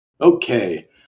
Okay